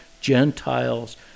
Gentiles